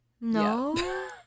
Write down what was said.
No